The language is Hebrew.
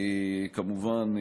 כמובן,